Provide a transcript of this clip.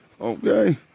okay